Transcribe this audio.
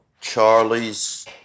Charlie's